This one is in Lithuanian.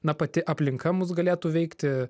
na pati aplinka mus galėtų veikti